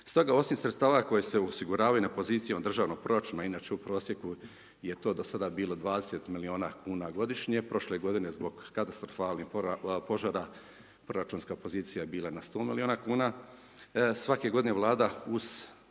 Stoga osim sredstava koke se osiguravaju na pozicijama državnih proračuna, inače u prosjeku je to do sada bilo 20 milijuna kuna godišnje, prošle g. zbog katastrofalnih požara, proračunska pozicija je bila na 100 milijuna kuna. Svake g. vlada uz te